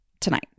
tonight